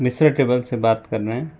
Mishra travel से बात कर रहे हैं